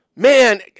Man